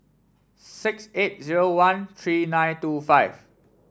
six eight zero one three nine two five